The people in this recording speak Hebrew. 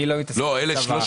אני לא עוסק בצבא.